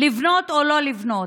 לבנות או לא לבנות.